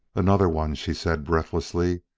another one! she said breathlessly,